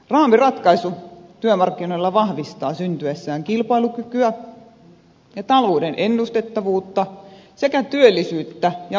raamiratkaisu työmarkkinoilla vahvistaa syntyessään kilpailukykyä ja talouden ennustettavuutta sekä työllisyyttä ja ostovoiman kehitystä